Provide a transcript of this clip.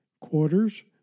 quarters